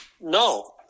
no